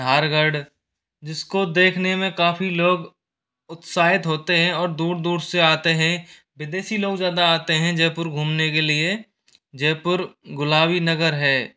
नाहरगढ़ जिसको देखने में काफ़ी लोग उत्साहित होते है और दूर दूर से आते हैं विदेशी लोग ज़्यादा आते हैं जयपुर घूमने के लिए जयपुर गुलाबी नगर है